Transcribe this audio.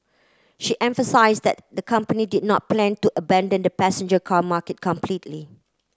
she emphasise that the company did not plan to abandon the passenger car market completely